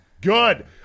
Good